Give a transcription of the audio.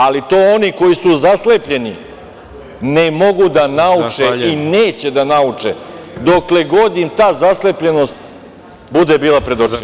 Ali, to oni koji su zaslepljeni, ne mogu da nauče i neće da nauče, dokle god im ta zaslepljenost bude bila pred očima.